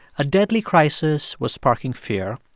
a deadly crisis was sparking fear.